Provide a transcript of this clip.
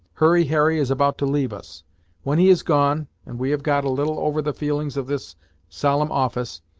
hurry harry is about to leave us when he is gone, and we have got a little over the feelings of this solemn office,